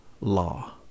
law